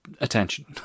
attention